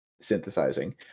synthesizing